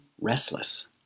restless